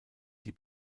die